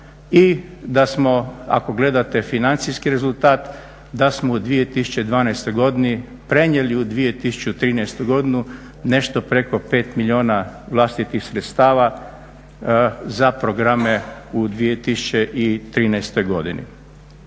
I da smo ako gledate financijski rezultat da smo u 2012. godini prenijeli u 2013. godinu nešto preko 5 milijuna vlastitih sredstava za programe u 2013. godini.